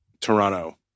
Toronto